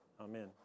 Amen